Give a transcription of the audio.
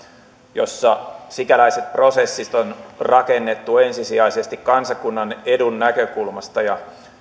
jossa sikäläiset prosessit on rakennettu ensisijaisesti kansakunnan edun näkökulmasta ja